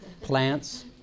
Plants